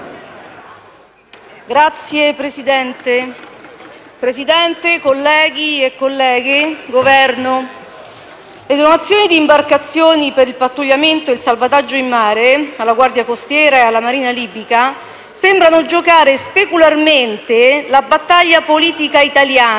*(M5S)*. Signor Presidente, colleghi e colleghe, Governo, le donazioni di imbarcazioni per il pattugliamento e il salvataggio in mare alla Guardia costiera e alla Marina libiche sembrano giocare specularmente la battaglia politica italiana.